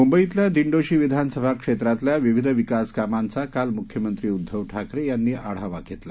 मुंबईतल्या दिंडोशी विधानसभा क्षेत्रातल्या विविध विकासकामांचा काल मुख्यमंत्री उद्धव ठाकरे यांनी आढावा घेतला